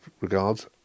regards